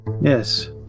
Yes